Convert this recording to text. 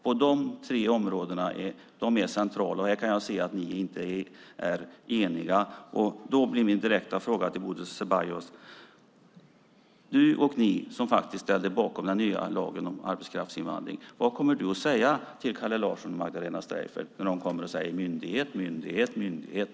Dessa tre områden är centrala, och jag kan se att ni inte är eniga där. Min direkta fråga till Bodil Ceballos och Miljöpartiet, som ställt sig bakom den nya lagen om arbetskraftsinvandring, är därför: Vad kommer ni att säga till Kalle Larsson och Magdalena Streijffert när de säger myndighet, myndighet, myndighet?